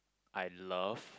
I love